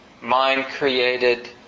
Mind-created